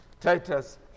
Titus